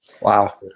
Wow